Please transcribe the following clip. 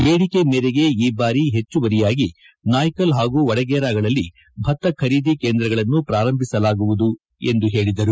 ಬೇಡಿಕೆ ಮೇರೆಗೆ ಈ ಬಾರಿ ಹೆಚ್ಚುವರಿಯಾಗಿ ನಾಯ್ಕಲ್ ಹಾಗೂ ವಡಗೇರಾಗಳಲ್ಲಿ ಭತ್ತ ಖರೀದಿ ಕೇಂದ್ರಗಳನ್ನು ಪಾರಂಭಿಸಲಾಗುವುದು ಎಂದು ಹೇಳಿದರು